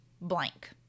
blank